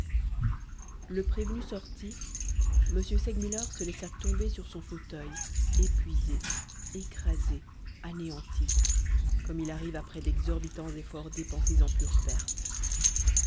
le prévenu sorti m segmuller se laissa tomber sur son fauteuil épuisé écrasé anéanti comme il arrive après d'exorbitants efforts dépensés en pure perte